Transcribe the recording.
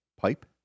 pipe